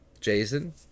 Jason